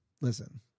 Listen